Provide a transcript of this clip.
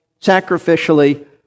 sacrificially